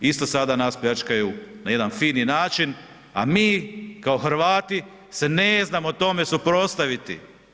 Isto sada nas pljačkaju na jedan fin način, a mi kao Hrvati se ne znamo tome suprotstaviti.